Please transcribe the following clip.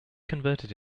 converted